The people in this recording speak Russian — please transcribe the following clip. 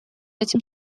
этим